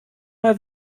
mal